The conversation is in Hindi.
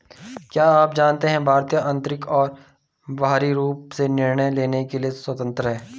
क्या आप जानते है भारत आन्तरिक और बाहरी रूप से निर्णय लेने के लिए स्वतन्त्र है?